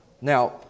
Now